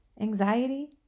Anxiety